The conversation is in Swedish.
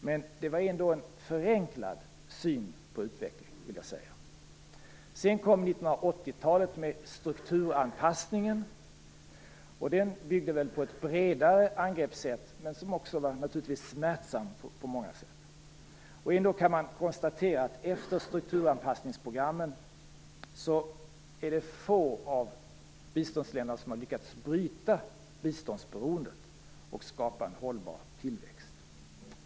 Men det var ändå en förenklad syn på utveckling, vill jag säga. Sedan kom 1980-talet med strukturanpassning. Den byggde på ett bredare angreppssätt, men som naturligtvis också var smärtsamt på många sätt. Ändå kan man konstatera att det efter stukturanpassningsprogrammen är få av biståndsländerna som har lyckats bryta biståndsberoendet och skapa en hållbar tillväxt.